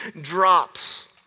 drops